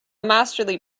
masterly